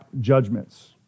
judgments